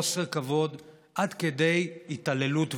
ושל חוסר כבוד עד כדי התעללות ואלימות.